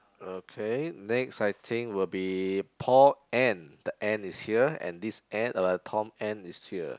okay next I think will be Paul N the N is here and this N uh Tom N is here